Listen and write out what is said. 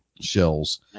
shells